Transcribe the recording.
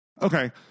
Okay